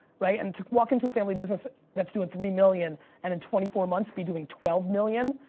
right? and to walk into a family business that's doing three million and in twenty four months be doing twelve million?